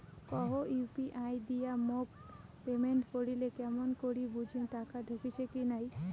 কাহো ইউ.পি.আই দিয়া মোক পেমেন্ট করিলে কেমন করি বুঝিম টাকা ঢুকিসে কি নাই?